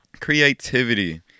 Creativity